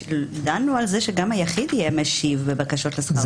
דנו על כך שגם היחיד יהיה משיב בבקשות לשכר טרחה.